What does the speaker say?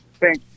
Thanks